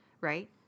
right